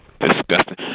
Disgusting